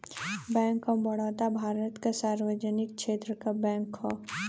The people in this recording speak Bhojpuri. बैंक ऑफ बड़ौदा भारत क सार्वजनिक क्षेत्र क बैंक हौ